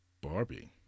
Barbie